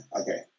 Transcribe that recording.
okay